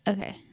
Okay